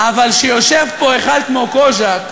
אבל כשיושב פה אחד כמו קוז'אק,